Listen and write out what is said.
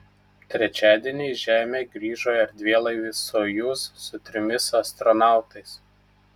trečiadienį į žemę grįžo erdvėlaivis sojuz su trimis astronautais